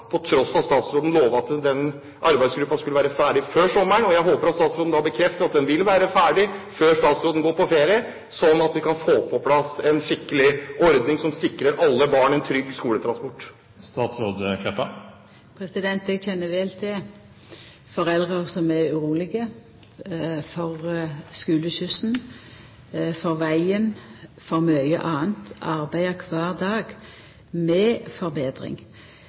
tross for at statsråden lovet at arbeidsgruppen skulle være ferdig før sommeren. Jeg håper at statsråden bekrefter at den vil være ferdig før hun tar ferie, slik at vi kan få på plass en skikkelig ordning som sikrer alle barn en trygg skoletransport. Eg kjenner vel til foreldre som er urolege for skuleskyssen, for vegen og for mykje anna. Eg arbeider kvar dag med